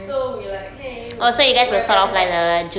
so we're like leh we're a better batch